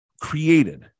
created